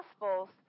Gospels